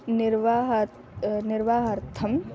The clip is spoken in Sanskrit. निर्वाहार्थं निर्वाहार्थं